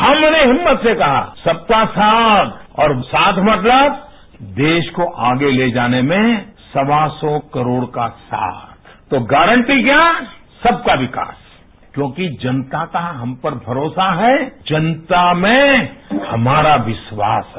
हमने हिम्मत से कहा सबका साथ और साथ मतलब देश को आगे ते जाने में सवा सौ करोड़ का साथ तो गांटी क्या सबका विकास क्यों कि जनता का हम पर भरोसा है जनता में हमारा विश्वास है